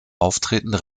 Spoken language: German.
auftretende